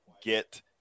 get